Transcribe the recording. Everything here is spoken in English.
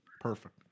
Perfect